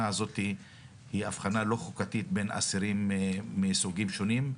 הזאת היא אבחנה לא חוקתית בין האסירים מסוגים שונים.